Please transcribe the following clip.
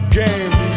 game